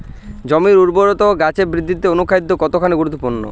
জমির উর্বরতা ও গাছের বৃদ্ধিতে অনুখাদ্য কতখানি গুরুত্বপূর্ণ?